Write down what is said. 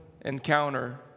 encounter